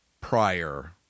prior